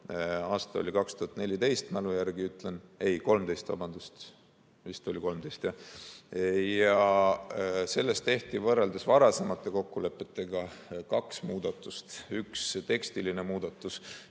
Aasta oli 2014, ma mälu järgi ütlen, ei, vabandust, vist oli 2013. Selles tehti võrreldes varasemate kokkulepetega kaks muudatust. Üks oli tekstiline muudatus,